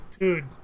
Dude